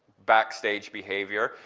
backstage behavior,